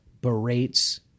berates